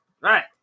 Right